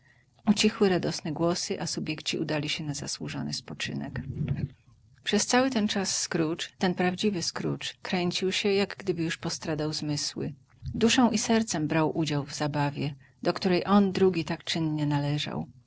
serdecznie ucichły radosne głosy a subiekci udali się na zasłużony spoczynek przez cały ten czas scrooge ten prawdziwy scrooge kręcił się jak gdyby już postradał zmysły duszą i sercem brał udział w zabawie do której on drugi tak czynnie należał